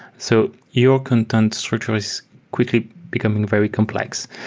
so your content structure is quickly becoming very complex.